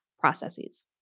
processes